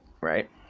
Right